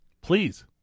Please